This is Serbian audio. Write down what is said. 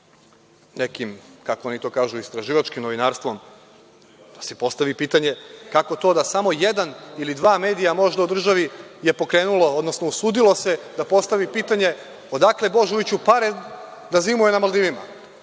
nekim, kako oni to kažu, istraživačkim novinarstvom, da se postavi pitanje kako to da samo jedan ili dva medija možda u državi je pokrenulo, odnosno usudilo se da postavi pitanje – odakle Božoviću pare da zimuje na Maldivima?